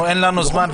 אין לנו זמן,